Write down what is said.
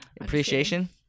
Appreciation